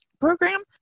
Program